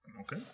Okay